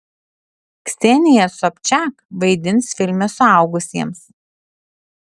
ksenija sobčak vaidins filme suaugusiems